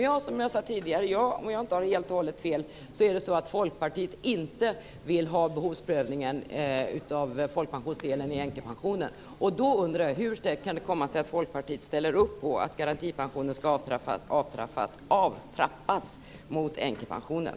Som jag sade tidigare ser jag, om jag inte har helt och hållet fel, att Folkpartiet inte vill ha behovsprövningen av folkpensionsdelen i änkepensionen. Hur kan det komma sig att Folkpartiet ställer upp på att garantipensionen skall avtrappas mot änkepensionen?